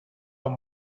have